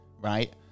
right